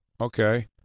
okay